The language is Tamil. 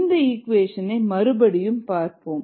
இந்த ஈக்குவேஷன் ஐ மறுபடியும் பார்ப்போம்